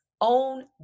own